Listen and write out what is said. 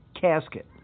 casket